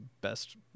best